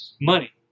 money